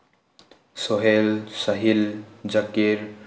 Sohail Sahil Zakir